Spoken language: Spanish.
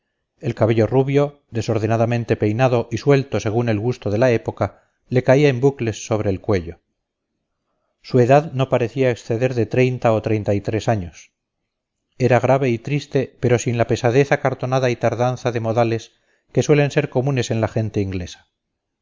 el cabello rubio desordenadamente peinado y suelto según el gusto de la época le caía en bucles sobre el cuello su edad no parecía exceder de treinta o treinta y tres años era grave y triste pero sin la pesadez acartonada y tardanza de modales que suelen ser comunes en la gente inglesa